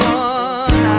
one